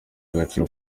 agaciro